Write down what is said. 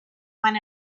when